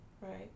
Right